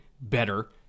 better